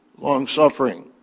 long-suffering